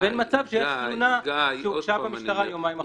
לבין כשיש תלונה שהוגשה במשטרה יומיים אחר כך.